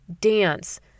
dance